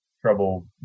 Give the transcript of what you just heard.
trouble